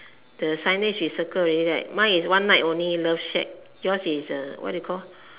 the signage you circle already right mine is one night only love shack yours is what do you call